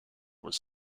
was